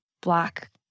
black